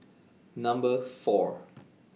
Number four